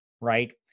right